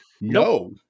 no